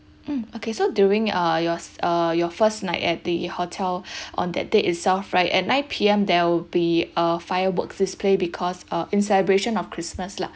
mm okay so during uh your uh your first night at the hotel on that day itself right at nine P_M there'll be a fireworks display because uh in celebration of christmas lah